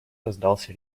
раздался